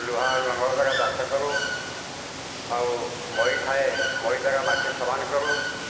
ଲୁହା ଲଙ୍ଗଳ ଦ୍ଵାରା ଚାଷ କରୁ ଆଉ ମଇ ଥାଏ ମଇ ଦ୍ଵାରା ମାଟି ସମାନ କରୁ